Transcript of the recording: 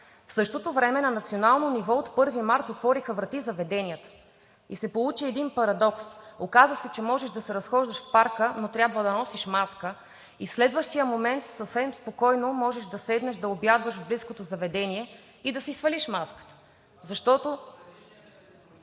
в същото време на национално ниво от 1 март отвориха врати заведенията. Получи се един парадокс – оказа се, че можеш да се разхождаш в парка, но трябва да носиш маска и в следващия момент съвсем спокойно можеш да седнеш да обядваш в близкото заведение и да си свалиш маската, защото...